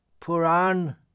Puran